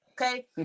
okay